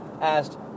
asked